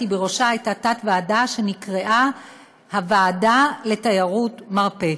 בראשה הייתה תת-ועדה שנקראה "הוועדה לתיירות מרפא".